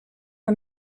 are